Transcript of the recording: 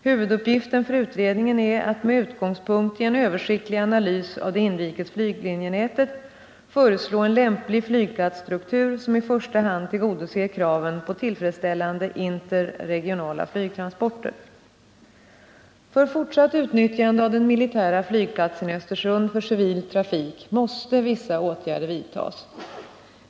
Huvuduppgiften för utredningen är att med utgångspunkt i en översiktlig analys av det inrikes flyglinjenätet föreslå en lämplig flygplatsstruktur, som i första hand tillgodoser kraven på tillfredsställande interregionala flygtransporter. För fortsatt utnyttjande av den militära flygplatsen i Östersund för civil trafik måste vissa åtgärder vidtas.